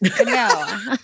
No